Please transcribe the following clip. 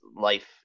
life